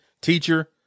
teacher